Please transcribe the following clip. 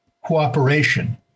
cooperation